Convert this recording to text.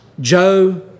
Joe